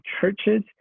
churches